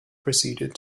proceeded